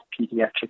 pediatric